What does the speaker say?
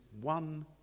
one